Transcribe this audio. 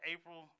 April